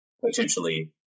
potentially